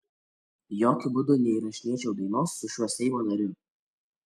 jokiu būdu neįrašinėčiau dainos su šiuo seimo nariu